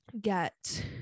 get